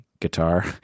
guitar